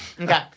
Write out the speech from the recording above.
Okay